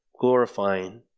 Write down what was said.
glorifying